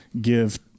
give